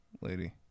lady